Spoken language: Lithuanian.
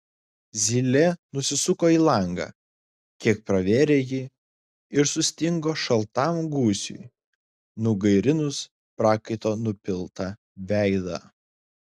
zylė nusisuko į langą kiek pravėrė jį ir sustingo šaltam gūsiui nugairinus prakaito nupiltą veidą